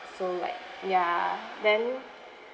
so like ya then